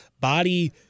body